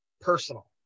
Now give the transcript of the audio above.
personal